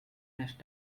next